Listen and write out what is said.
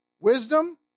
wisdom